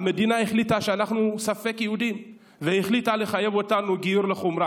המדינה החליטה שאנחנו ספק-יהודים והחליטה לחייב אותנו בגיור לחומרה.